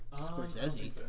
Scorsese